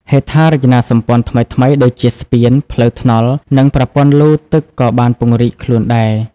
ហេដ្ឋារចនាសម្ព័ន្ធថ្មីៗដូចជាស្ពាន ផ្លូវថ្នល់ និងប្រព័ន្ធលូទឹកក៏បានពង្រីកខ្លួនដែរ។